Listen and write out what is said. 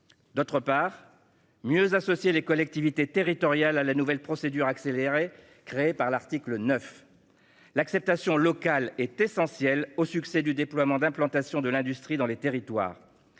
d'autre part, mieux associer les collectivités territoriales à la nouvelle procédure accélérée créée à l'article 9. L'acceptation locale est essentielle au succès du déploiement d'implantations industrielles dans les territoires.